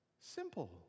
simple